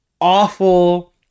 awful